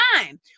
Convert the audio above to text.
time